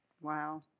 Wow